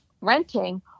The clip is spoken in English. renting